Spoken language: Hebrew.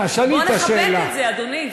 בוא נכבד את זה, אדוני.